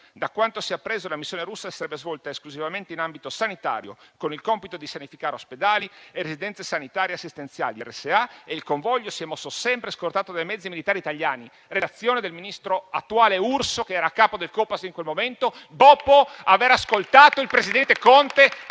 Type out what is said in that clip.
«da quanto si è appreso, la missione russa si sarebbe svolta esclusivamente in ambito sanitario, con il compito di sanificare ospedali e residenze sanitarie assistenziali (RSA) e il convoglio si è mosso sempre scortato dai mezzi militari italiani». È scritto nella relazione dell'attuale ministro Urso, che era a capo del Copasir in quel momento, dopo aver ascoltato il presidente Conte,